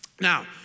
Now